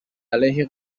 علیه